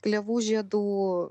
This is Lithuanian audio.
klevų žiedų